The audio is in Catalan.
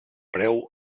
preu